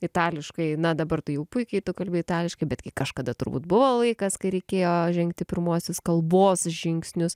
itališkai na dabar tu jau puikiai tu kalbi itališkai betgi kažkada turbūt buvo laikas kai reikėjo žengti pirmuosius kalbos žingsnius